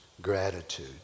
Gratitude